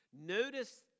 Notice